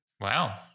Wow